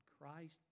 Christ